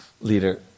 leader